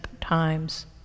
times